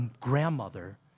grandmother